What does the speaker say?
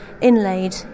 inlaid